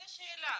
זו השאלה.